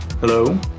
Hello